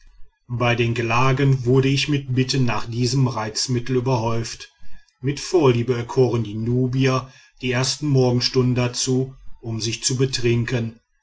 bei den gelagen wurde ich mit bitten nach diesem reizmittel überhäuft mit vorliebe erkoren die nubier die ersten morgenstunden dazu um sich zu betrinken